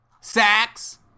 sacks